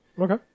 Okay